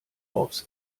aufs